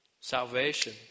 salvation